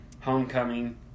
Homecoming